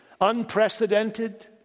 unprecedented